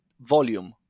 volume